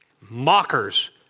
mockers